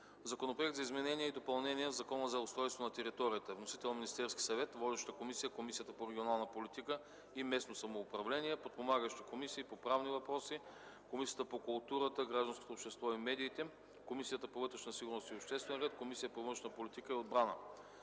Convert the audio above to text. Законопроект за изменение и допълнение на Закона за устройство на територията. Вносител – Министерският съвет. Водеща е Комисията по регионална политика и местно самоуправление. Подпомагащи са Комисията по правни въпроси, Комисията по културата, гражданското общество и медиите, Комисията по вътрешна сигурност и обществен ред и Комисията по външна политика и отбрана.